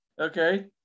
okay